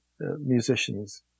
musicians